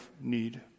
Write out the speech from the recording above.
need